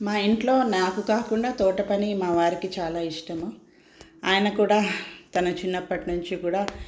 మా ఇంట్లో నాకు కాకుండా తోటపని మా వారికి చాలా ఇష్టము ఆయన కూడా తన చిన్నప్పటి నుంచి కూడా